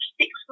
six